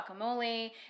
guacamole